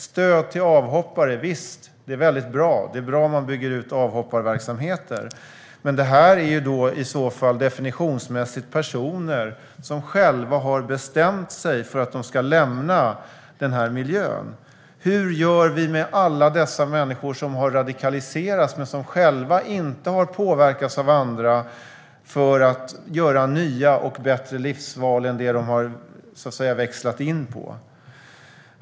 Visst är det bra med stöd till avhoppare. Det är bra om man bygger ut avhopparverksamheter. Men det här är i så fall definitionsmässigt personer som själva har bestämt sig för att de ska lämna denna miljö. Hur gör vi med alla dessa människor som har radikaliserats men som själva inte har påverkats av andra att göra nya och bättre livsval än dem de har växlat in på?